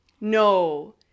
No